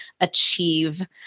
achieve